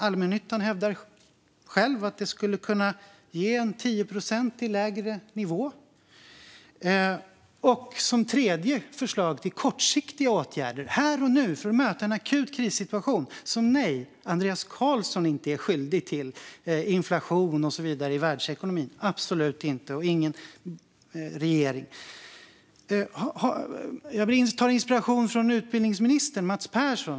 Allmännyttan hävdar att det skulle kunna ge en 10 procent lägre nivå. Till mitt tredje förslag på kortsiktiga åtgärder, här och nu, för att möta en akut krissituation - som Andreas Carlson inte är skyldig till, absolut inte, och inte heller någon regering - med inflation i världsekonomin och så vidare tar jag inspiration från utbildningsminister Mats Persson.